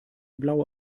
blaue